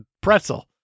pretzel